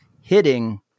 hitting